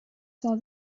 saw